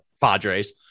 Padres